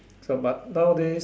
so but nowadays